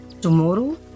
tomorrow